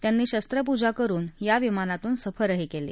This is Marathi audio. त्यांनी शस्त्रपूजा करुन या विमानातून सफर कळी